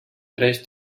tres